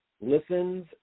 listens